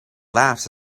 laughs